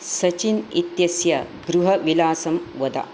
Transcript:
सचिन् इत्यस्य गृहविलासं वद